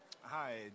Hi